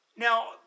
Now